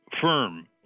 firm